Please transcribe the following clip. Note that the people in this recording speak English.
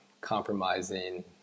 compromising